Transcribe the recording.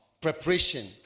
Preparation